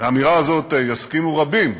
לאמירה הזאת יסכימו רבים,